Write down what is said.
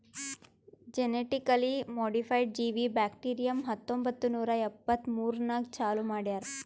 genetically modified ಜೀವಿ bacterium ಹತ್ತೊಂಬತ್ತು ನೂರಾ ಎಪ್ಪತ್ಮೂರನಾಗ್ ಚಾಲೂ ಮಾಡ್ಯಾರ್